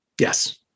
Yes